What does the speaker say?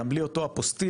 גם בלי אותו אפוסטיל.